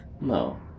No